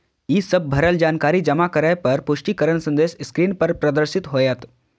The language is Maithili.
ई सब भरल जानकारी जमा करै पर पुष्टिकरण संदेश स्क्रीन पर प्रदर्शित होयत